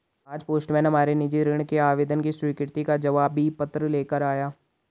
आज पोस्टमैन हमारे निजी ऋण के आवेदन की स्वीकृति का जवाबी पत्र ले कर आया